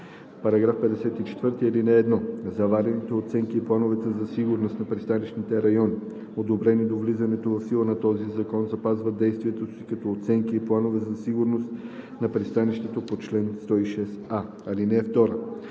става § 54: „§ 54 (1) Заварените оценки и планове за сигурност на пристанищните райони, одобрени до влизането в сила на този закон, запазват действието си като оценки и планове за сигурност на пристанище по чл. 106а. (2)